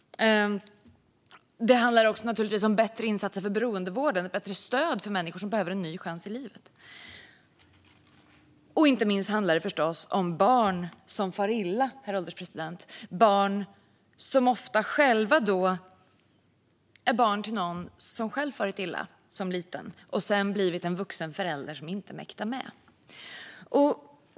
Det handlar också om bättre insatser för beroendevården och bättre stöd för människor som behöver en ny chans i livet. Det handlar förstås även om barn som far illa, herr ålderspresident. Det är ofta barn som är barn till någon som själv farit illa som liten och som sedan blivit en vuxen förälder som inte mäktar med.